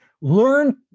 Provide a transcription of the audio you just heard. learn